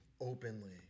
openly